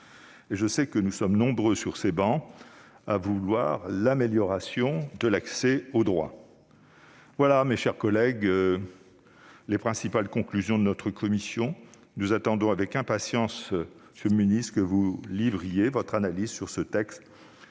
Or je sais que nous sommes nombreux, sur ces travées, à vouloir améliorer l'accès aux droits. Telles sont, mes chers collègues, les principales conclusions de notre commission. Nous attendons avec impatience, monsieur le ministre délégué, que vous livriez votre analyse sur ce texte